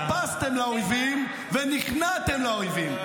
אתם התרפסתם לאויבים ונכנעתם לאויבים.